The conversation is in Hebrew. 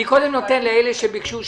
אני קודם נותן לאלה שביקשו,